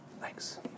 Thanks